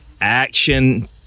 action